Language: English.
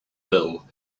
bill